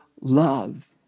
love